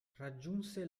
raggiunse